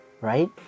right